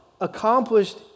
accomplished